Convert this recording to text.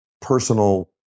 Personal